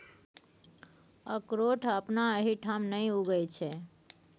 अकरोठ अपना एहिठाम नहि उगय छै